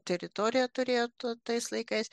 teritoriją turė t tais laikais